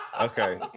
Okay